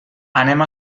anem